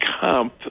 comp